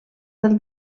del